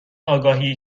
آگاهی